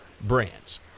brands